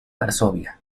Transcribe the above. varsovia